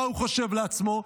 מה הוא חושב לעצמו?